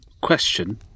question